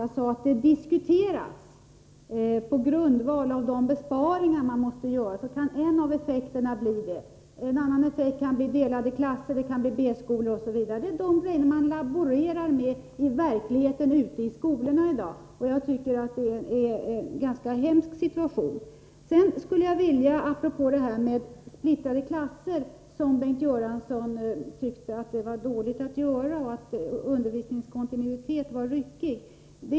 Jag sade att det diskuteras att en av effekterna av de besparingar man måste göra kan bli en sådan klasstorlek. Andra effekter kan bli delade klasser, B-skolor osv. Det är de effekter man diskuterar ute i skolorna i dag. Jag tycker det är en ganska hemsk situation. Bengt Göransson sade att det inte var bra med splittrade klasser, att undervisningskontinuiteten blev ryckig.